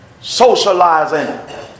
socializing